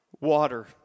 water